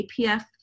APF